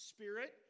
Spirit